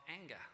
anger